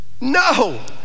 No